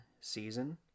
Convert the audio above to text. season